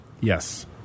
yes